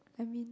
I mean